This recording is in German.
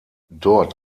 dort